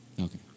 Okay